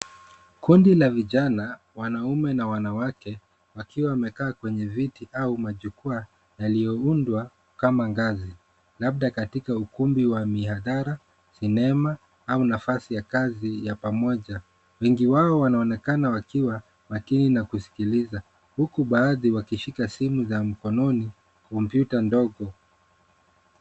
Kundi la vijana, wanaume na wanawake, wakiwa wamekaa kwenye viti au majukwaa yaliyoundwa kama ngazi, labda katika ukumbi wa maigizo, sinema au nafasi ya kazi ya pamoja. Wengi wao wanaonekana wakiwa makini na kusikiliza, huku baadhi wakishika simu za mkononi na kompyuta ndogo.